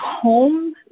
home